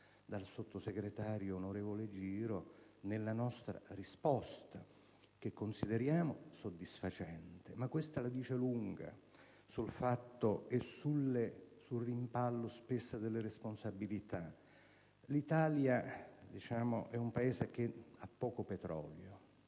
dal Ssttosegretario, onorevole Giro, nella risposta, che consideriamo soddisfacente. Ma questo la dice lunga sul rimpallo ricorrente delle responsabilità. L'Italia è un Paese che ha poco petrolio.